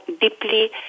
deeply